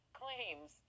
claims